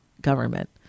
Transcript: government